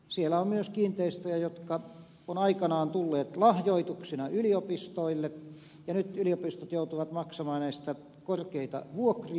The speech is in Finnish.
siellä on myös kiinteistöjä jotka ovat aikanaan tulleet lahjoituksina yliopistoille ja nyt yliopistot joutuvat maksamaan näistä korkeita vuokria